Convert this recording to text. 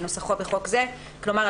כנוסחו בחוק זה." כלומר,